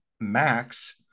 max